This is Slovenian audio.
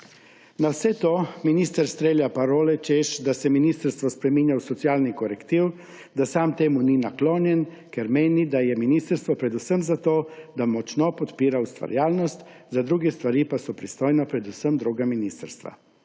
Na vse to minister strelja parole, češ da se ministrstvo spreminja v socialni korektiv, da sam temu ni naklonjen, ker meni, da je ministrstvo predvsem za to, da močno podpira ustvarjalnost, za druge stvari pa so pristojna predvsem druga ministrstva.